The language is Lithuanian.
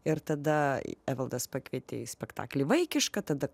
ir tada evaldas pakvietė į spektaklį vaikišką tada